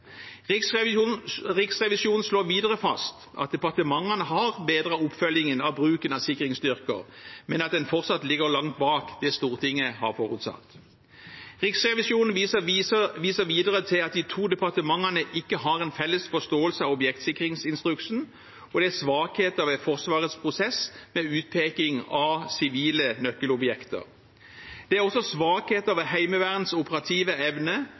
Riksrevisjonen slår videre fast at departementene har bedret oppfølgingen av bruken av sikringsstyrker, men at man fortsatt ligger langt bak det Stortinget har forutsatt. Riksrevisjonen viser videre til at de to departementene ikke har en felles forståelse av objektsikringsinstruksen, og at det er svakheter ved Forsvarets prosess med utpeking av sivile nøkkelobjekter. Det er også svakheter ved Heimevernets operative evne